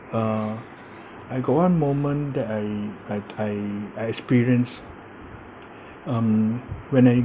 uh I got one moment that I I d~ I experienced um when I